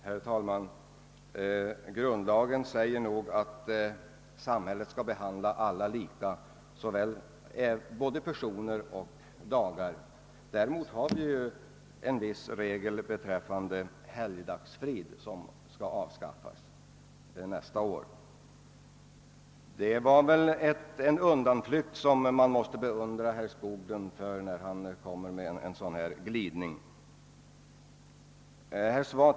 Herr talman! Grundlagen säger nog att samhället skall behandla alla lika, både personer och dagar. Däremot har vi en viss regel beträffande helgdagsfrid som skall avskaffas nästa år. När herr Skoglund kommer med en sådan här glidning är det en undanflykt som man måste beundra honom för.